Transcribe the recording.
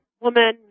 woman